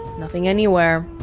nothing anywhere